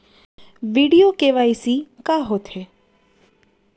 video KYC का होथे